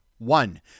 One